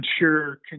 ensure